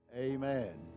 amen